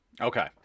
Okay